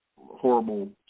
horrible